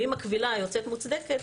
ואם הקבילה יוצאת מוצדקת